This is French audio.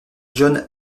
john